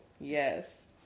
Yes